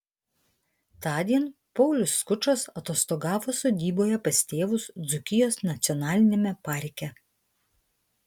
tądien paulius skučas atostogavo sodyboje pas tėvus dzūkijos nacionaliniame parke